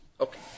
Okay